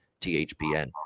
thpn